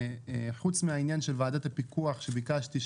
חוץ מהעניין של ועדת הפיקוח שביקשתי,